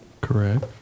Correct